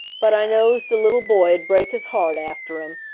but i knows de little boy ud break his heart after him.